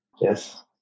Yes